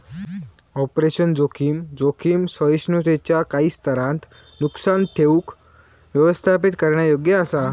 operational जोखीम, जोखीम सहिष्णुतेच्यो काही स्तरांत नुकसान ठेऊक व्यवस्थापित करण्यायोग्य असा